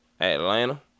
Atlanta